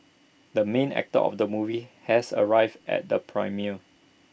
the main actor of the movie has arrived at the premiere